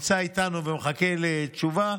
שנמצא איתנו ומחכה לתשובה,